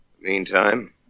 Meantime